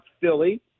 Philly